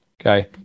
Okay